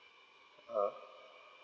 uh